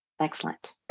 Excellent